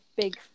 big